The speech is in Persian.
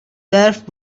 برف